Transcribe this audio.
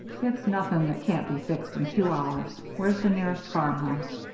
it's nothing that can't be fixed in two hours. where's the nearest farmhouse?